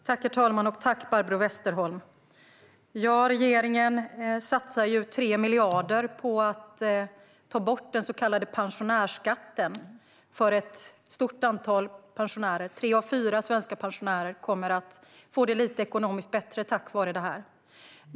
Herr talman! Tack, Barbro Westerholm! Regeringen satsar ju 3 miljarder på att ta bort den så kallade pensionärsskatten för ett stort antal pensionärer. Tre av fyra svenska pensionärer kommer att få det lite bättre ekonomiskt tack vare det.